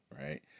right